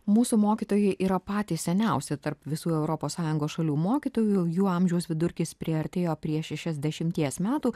mūsų mokytojai yra patys seniausi tarp visų europos sąjungos šalių mokytojų jų amžiaus vidurkis priartėjo prie šešiasdešimties metų